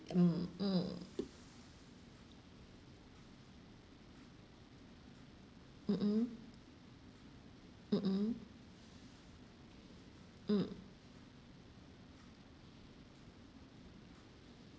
mm mm mm mm mm mm mm